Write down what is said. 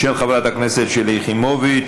של חברת הכנסת שלי יחימוביץ.